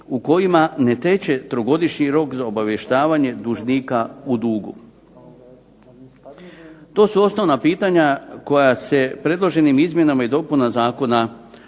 u kojima ne teče trogodišnji rok za obavještavanje dužnika u dugu. To su osnovna pitanja koja se predloženim izmjenama i dopunama zakona uređuju.